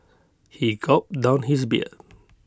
he gulped down his beer